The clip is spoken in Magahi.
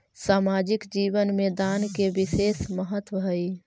सामाजिक जीवन में दान के विशेष महत्व हई